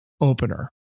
opener